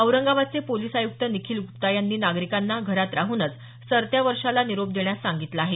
औरंगाबादचे पोलिस आयुक्त निखील गुप्ता यांनी नागरिकांना घरात राहूनच सरत्या वर्षाला निरोप देण्यास सांगितलं आहे